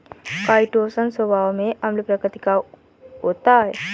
chitosan स्वभाव में अम्ल प्रकृति का होता है